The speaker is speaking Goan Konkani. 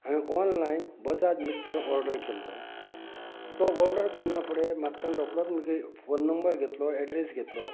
हांवें ऑनलायन बजाज मिक्सर ऑर्डर केल्लो तो ऑर्डर करना फुडें म्हाका ताणें रोकडोच फोन नंबर घेतलो एडरेस घेतलो